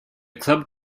club